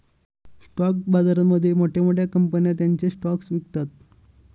stock बाजारामध्ये मोठ्या मोठ्या कंपन्या त्यांचे स्टॉक्स विकतात